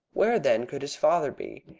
where, then, could his father be?